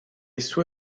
sue